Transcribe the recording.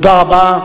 תודה רבה.